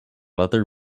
leather